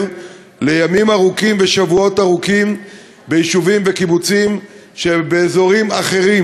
לימים ארוכים ושבועות ארוכים ביישובים ובקיבוצים באזורים אחרים.